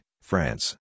France